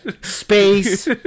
space